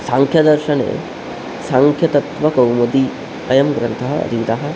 साङ्ख्यदर्शने साङ्ख्यतत्त्वकौमुदी अयं ग्रन्थः अधीतः